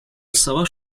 savaş